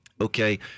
Okay